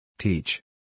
Teach